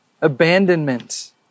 abandonment